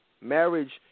Marriage